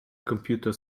computer